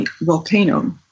volcano